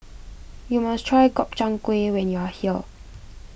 you must try Gobchang Gui when you are here